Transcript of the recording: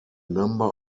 number